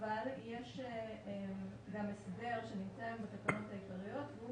אבל יש גם הסבר בתקנות העיקריות והוא